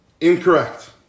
Incorrect